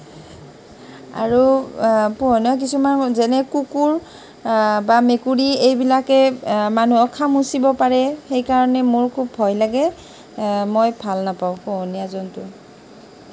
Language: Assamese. আৰু পোহনীয়া কিছুমান যেনে কুকুৰ বা মেকুৰী এইবিলাকে মানুহক খামুচিব পাৰে সেইকাৰণে মোৰ ভয় লাগে মই ভাল নাপাওঁ পোহনীয়া জন্তু